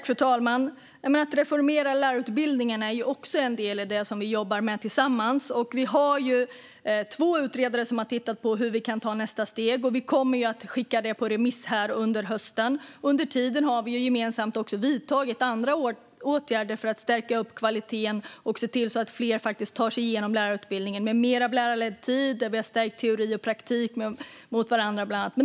Fru talman! Att reformera lärarutbildningen är också en del av det som vi jobbar med tillsammans. Två utredare har tittat på hur vi kan ta nästa steg, och vi kommer att skicka det på remiss under hösten. Under tiden har vi gemensamt också vidtagit andra åtgärder för att stärka kvaliteten och se till att fler faktiskt tar sig igenom lärarutbildningen med mer av lärarledd tid där vi har ställt teori och praktik mot varandra.